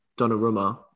Donnarumma